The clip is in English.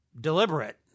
deliberate